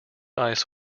ice